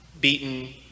beaten